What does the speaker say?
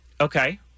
Okay